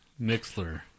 Mixler